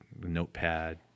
notepad